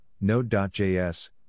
Node.js